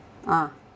uh